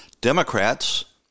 Democrats